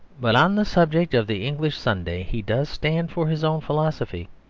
but on the subject of the english sunday he does stand for his own philosophy.